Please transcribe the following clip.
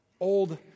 old